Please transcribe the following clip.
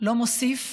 לא מוסיף.